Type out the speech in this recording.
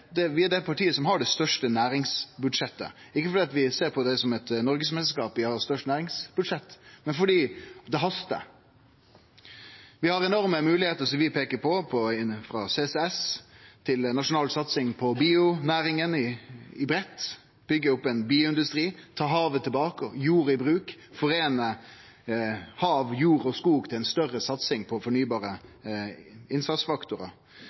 vere overraska over, det partiet som har det største næringsbudsjettet – ikkje fordi vi ser på det som eit noregsmeisterskap i å ha størst næringsbudsjett, men fordi det hastar. Vi har enorme moglegheiter som vi peiker på, frå CCS til nasjonal satsing på bionæringa i breitt, byggje opp ein bioindustri, ta havet tilbake og jord i bruk og foreine hav, jord og skog i ei større satsing på fornybare innsatsfaktorar.